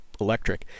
Electric